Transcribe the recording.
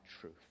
truth